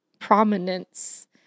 Prominence